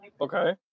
okay